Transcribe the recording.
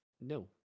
No